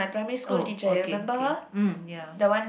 oh okay okay mm ya